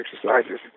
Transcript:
exercises